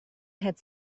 had